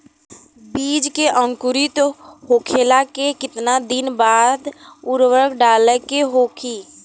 बिज के अंकुरित होखेला के कितना दिन बाद उर्वरक डाले के होखि?